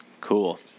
Cool